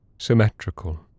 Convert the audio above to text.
Symmetrical